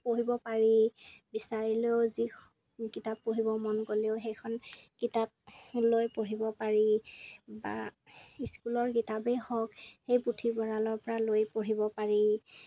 পঢ়িব পাৰি বিচাৰিলেও যি কিতাপ পঢ়িব মন গ'লেও সেইখন কিতাপ লৈ পঢ়িব পাৰি বা স্কুলৰ কিতাপেই হওক সেই পুথিভঁৰালৰপৰা লৈ পঢ়িব পাৰি